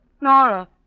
Nora